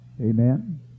Amen